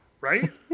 Right